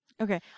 Okay